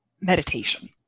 meditation